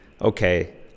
okay